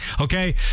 Okay